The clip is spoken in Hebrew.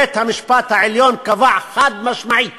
בית-המשפט העליון קבע חד-משמעית